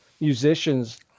musicians